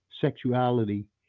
sexuality